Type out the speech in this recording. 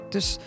Dus